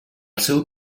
seu